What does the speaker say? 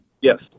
Yes